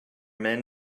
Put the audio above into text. men